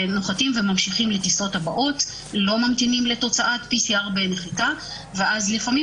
נוחתים וממשיכים בטיסות הבאות ולא ממתינים לתוצאת PCR. ראינו לפעמים